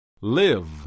Live